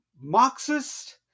Marxist